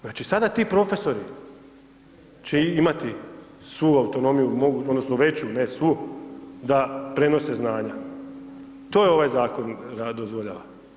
Znači sada ti profesori će imati svu autonomiju odnosno veću ne svu da prenose znanja, to ovaj zakon dozvoljava.